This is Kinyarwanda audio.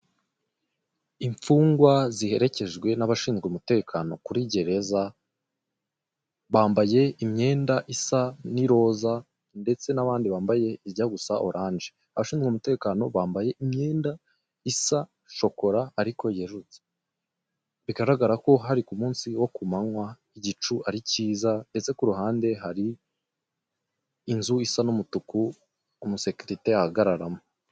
Imfungwa ziherekejwe n'abashinzwe umutekano kuri gereza, bambaye imyenda isa n'iroza ndetse n'abandi bambaye ijya gusa oranje, abashinzwe umutekano bambaye imyenda isa shokora ariko yererutse, bigaragara ko hari ku munsi wo kumananywa igicu ari cyiza, ndetse ku ruhande hari inzu isa n'umutuku umusekirite ahagararamo.